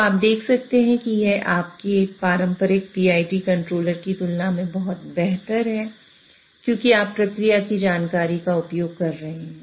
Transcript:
तो आप देख सकते हैं कि यह आपके पारंपरिक PID कंट्रोलर की तुलना में बहुत बेहतर है क्योंकि आप प्रक्रिया की जानकारी का उपयोग कर रहे हैं